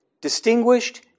distinguished